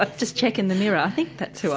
ah just check in the mirror, i think that's who